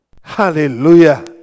Hallelujah